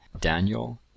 Daniel